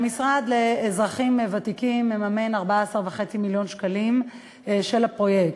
המשרד לאזרחים ותיקים מממן 14.5 מיליון שקלים של הפרויקט.